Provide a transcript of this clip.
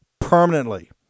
permanently